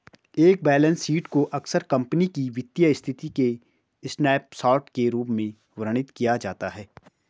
एक balance sheet को अक्सर कंपनी की वित्तीय स्थिति के स्नैपशॉट के रूप में वर्णित किया जाता है